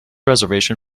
reservation